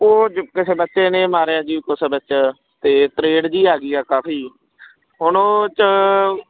ਉਹ ਜ ਕਿਸੇ ਬੱਚੇ ਨੇ ਮਾਰਿਆ ਜੀ ਕੁਛ ਵਿੱਚ ਅਤੇ ਤਰੇੜ ਜਿਹੀ ਆ ਗਈ ਆ ਕਾਫੀ ਹੁਣ ਉਹ 'ਚ